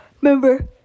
Remember